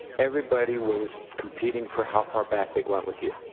everybody was competing for how far back they went with you.